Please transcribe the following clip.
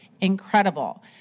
incredible